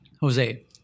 Jose